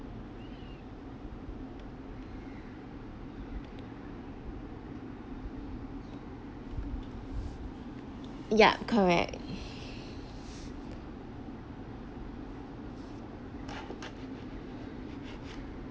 yep correct